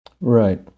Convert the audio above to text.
right